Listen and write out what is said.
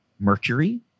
mercury